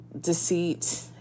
deceit